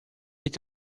est